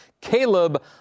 Caleb